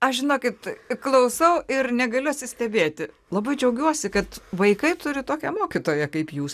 aš žinokit klausau ir negaliu atsistebėti labai džiaugiuosi kad vaikai turi tokią mokytoją kaip jūs